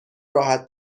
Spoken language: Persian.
راحت